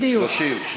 תסתכלי על השעון.